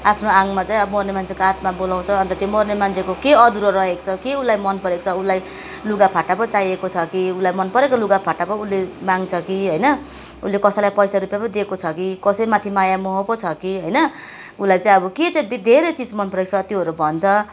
आफ्नो आङ्गमा चाहिँ अब मर्ने मान्छेको आत्मा बोलाउँछ अन्त त्यो मर्ने मान्छेको के अधुरो रहेको छ के उलाई मन परेको छ के उलाई लुगाफाटा पो चाहिएको छ कि उसलाई मन परेको लुगा फाटा पो उसले माग्छ कि होइन उसले कसैलाई पैसा रूपियाँ पो दिएको छ कि कसै माथि माया मोह पो छ कि होइन उसलाई चाहिँ अब के चाहिँ धेरै चिज मन परेको छ त्योहरू भन्छ